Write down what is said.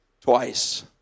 twice